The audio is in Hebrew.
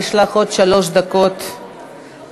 יש לך עוד שלוש דקות לשכנע